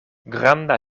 granda